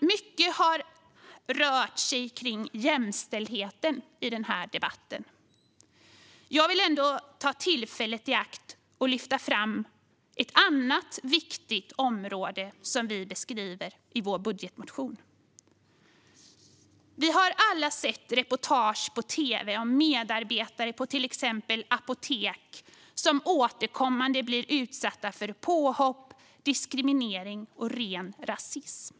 Mycket har rört sig kring jämställdheten i den här debatten. Jag vill ta tillfället i akt och lyfta fram ett annat viktigt område som vi beskriver i vår budgetmotion. Vi har alla sett reportagen på tv om medarbetare på till exempel apotek som återkommande blir utsatta för påhopp, diskriminering och ren rasism.